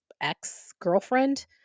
ex-girlfriend